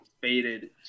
faded